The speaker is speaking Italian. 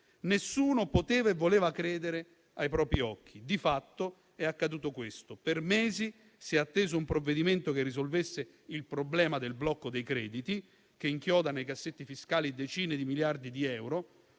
Nessuno poteva e voleva credere ai propri occhi, ma di fatto è accaduto questo: per mesi si è atteso un provvedimento che risolvesse il problema del blocco dei crediti, il quale inchioda nei cassetti fiscali decine di miliardi di euro,